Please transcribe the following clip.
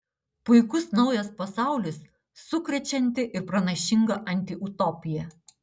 puikus naujas pasaulis sukrečianti ir pranašinga antiutopija